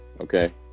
Okay